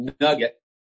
nugget